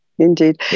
Indeed